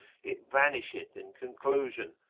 it vanisheth in conclusion,